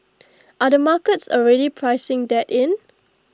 are the markets already pricing that in